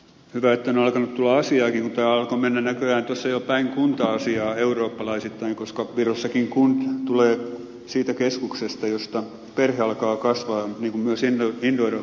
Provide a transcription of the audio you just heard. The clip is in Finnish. hyvä että on alkanut tulla asiaakin kun tämä alkoi mennä näköjään tuossa jo päin kunta asiaa eurooppalaisittain koska virossakin kond tulee siitä keskuksesta josta perhe alkaa kasvaa niin kuin myös indoeurooppalaiset käsitykset